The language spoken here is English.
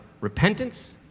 repentance